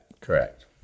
correct